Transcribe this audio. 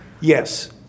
Yes